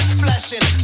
flashing